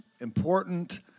important